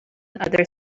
other